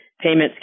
Payments